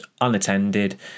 unattended